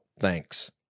thanks